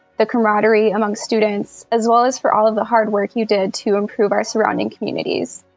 the camaraderie among students, as well as for all of the hard work you did to improve our surrounding communities.